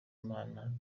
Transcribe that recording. imana